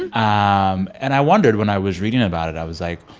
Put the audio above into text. and um and i wondered when i was reading about it. i was like,